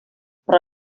però